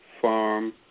farm